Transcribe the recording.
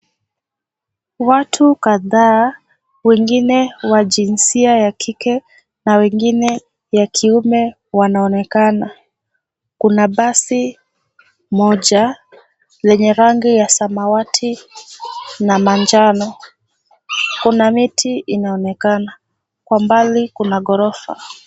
Watu kadhaa wengine wa jinsia ya kike na wengine ya kiume wanaonekana. Kuna basi moja lenye rangi ya samawati na manjano. Kuna miti inaonekana kwa mbali kuna ghorofa.